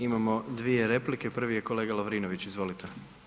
Imamo dvije replike, prvi je kolega Lovrinović, izvolite.